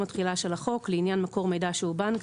התחילה של החוק לעניין מקור מידע שהוא בנק,